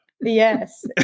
Yes